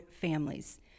families